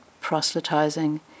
proselytizing